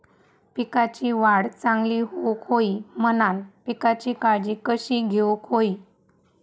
पिकाची वाढ चांगली होऊक होई म्हणान पिकाची काळजी कशी घेऊक होई?